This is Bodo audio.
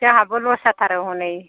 जोंहाबो लस जाथारो हनै